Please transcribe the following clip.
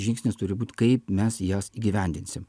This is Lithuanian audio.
žingsnis turi būt kaip mes jas įgyvendinsim